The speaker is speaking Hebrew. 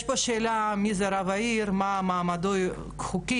יש פה שאלה מי זה רב עיר, מה מעמדו החוקי.